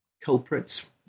culprits